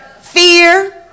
Fear